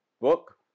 book